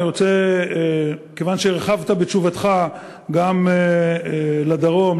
כיוון שהרחבת בתשובתך גם לדרום,